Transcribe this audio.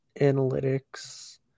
analytics